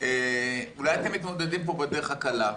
אולי אתם מתמודדים פה בדרך הקלה.